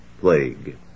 plague